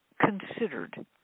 considered